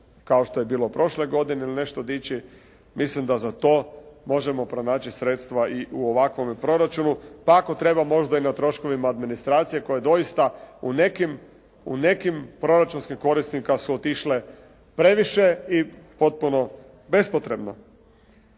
kao što je bilo prošle godine ili nešto dići. Mislim da za to možemo pronaći sredstva i u ovakvome proračunu pa ako treba možda i na troškovima administracije koja doista u nekim proračunskih korisnika su otišle previše i potpuno bespotrebno.